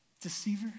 Deceiver